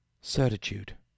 Certitude